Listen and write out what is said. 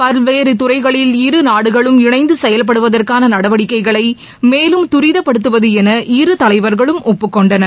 பல்வேறு துறைகளில் இருநாடுகளும் இணைந்து செயல்படுவதற்கான நடவடிக்கைகளை மேலும் துரிதப்படுத்துவது என இரு தலைவர்களும் ஒப்புக் கொண்டனர்